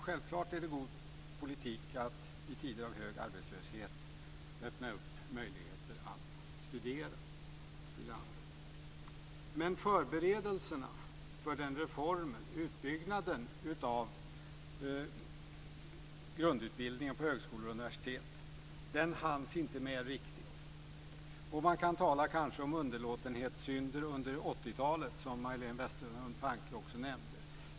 Självklart är det god politik att i tider av hög arbetslöshet öppna möjligheter i landet att studera. Men förberedelserna för den reformen, för utbyggnaden av grundutbildningar på högskolor och universitet hanns inte med riktigt. Man kan kanske tala om underlåtenhetssynder under 80-talet, som Majléne Westerlund Panke också nämnde.